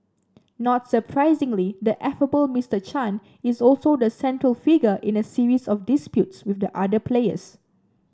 not surprisingly the affable Mister Chan is also the central figure in a series of disputes with the other players